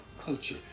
culture